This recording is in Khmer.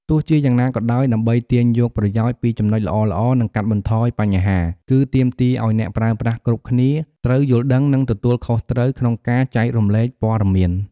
ទោះជាយ៉ាងណាក៏ដោយ ដើម្បី ទាញយកប្រយោជន៍ ពី ចំណុចល្អៗ និង កាត់បន្ថយបញ្ហា គឺទាមទារឱ្យ អ្នកប្រើប្រាស់គ្រប់គ្នា ត្រូវ យល់ដឹង និង ទទួលខុសត្រូវ ក្នុងការ ចែករំលែកព័ត៌មាន។